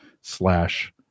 slash